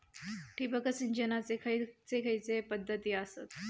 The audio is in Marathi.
ठिबक सिंचनाचे खैयचे खैयचे पध्दती आसत?